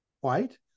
white